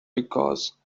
because